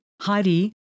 Heidi